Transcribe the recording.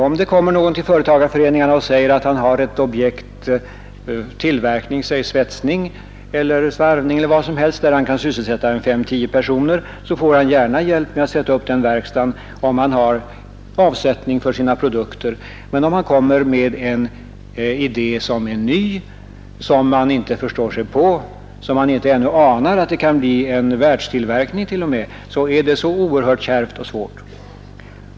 Om någon vänder sig till företagarföreningarna med ett objekt för tillverkning, såsom svetsning eller svarvning, varigenom han kan sysselsätta fem till tio personer, får han gärna hjälp med att sätta upp en verkstad, under förutsättning att han har avsättning för sina produkter. Men om han kommer med en ny idé, som man inte förstår sig på — trots att den kanske t.o.m. kunde leda till en världstillverkning — är det oerhört kärvt och svårt att få hjälp.